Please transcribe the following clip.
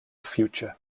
future